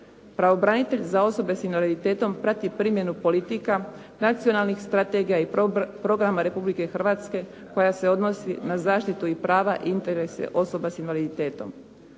"Pravobranitelj za osobe sa invaliditetom prati primjenu politika, nacionalnih strategija i programa Republike Hrvatske koja se odnosi na zaštitu i prava, interese osoba sa invaliditetom.".